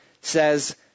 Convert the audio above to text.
says